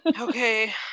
okay